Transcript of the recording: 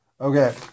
Okay